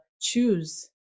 choose